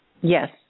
Yes